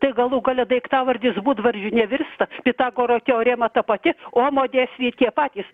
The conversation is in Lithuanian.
tai galų gale daiktavardis būdvardžiu nevirsta pitagoro teorema ta pati omo dėsniai tie patys